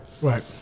Right